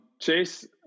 chase